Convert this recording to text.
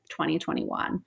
2021